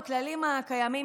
בכללים הקיימים,